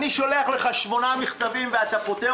אני שולח לך שמונה מכתבים ואתה פוטר